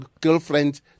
girlfriend